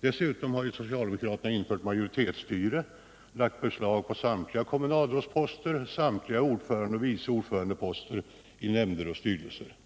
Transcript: Dessutom har socialdemokraterna infört majoritetsstyre och lagt beslag på samtliga fem kommunalrådsposter, liksom samtliga ordförandeoch vice ordförandeposter i kommunens nämnder och styrelser.